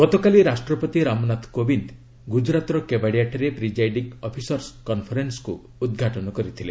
ଗତକାଲି ରାଷ୍ଟ୍ରପତି ରାମନାଥ କୋବିନ୍ଦ ଗୁଜରାତର କେବାଡ଼ିଆଠାରେ ପ୍ରିଜାଇଡିଙ୍ଗ୍ ଅଫିସର୍ସ୍ କନ୍ଫରେନ୍ୱକୁ ଉଦ୍ଘାଟନ କରିଥିଲେ